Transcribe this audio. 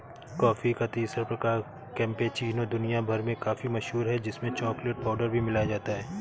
coffee का तीसरा प्रकार कैपेचीनो दुनिया भर में काफी मशहूर है जिसमें चॉकलेट पाउडर भी मिलाया जाता है